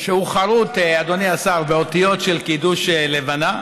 שעליו חרות, אדוני השר, באותיות של קידוש לבנה,